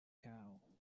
cow